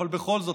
ובכל זאת,